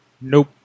Nope